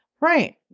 Right